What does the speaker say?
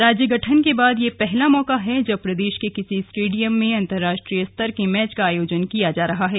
राज्य गठन के बाद यह पहला मौका हैं जब प्रदेश के किसी स्टेड़ियम में अंतर्राष्ट्रीय स्तर के मैच का आयोजन किया जा रहा है